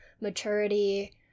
maturity